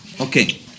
okay